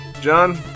John